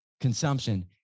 consumption